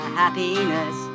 happiness